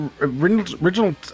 original